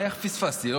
איך פספסתי.